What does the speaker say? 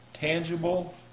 tangible